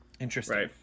Interesting